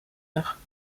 heure